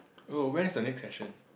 oh when is the next session